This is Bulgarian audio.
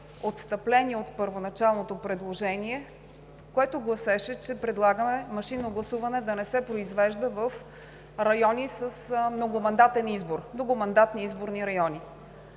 отстъпление от първоначалното предложение, което гласеше, че предлагаме машинно гласуване да не се произвежда в райони с многомандатен избор – многомандатни изборни райони.